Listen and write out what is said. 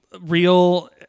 real